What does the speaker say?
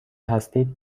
هستید